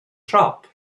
shop